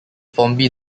formby